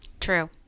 True